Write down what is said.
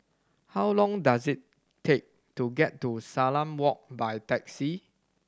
how long does it take to get to Salam Walk by taxi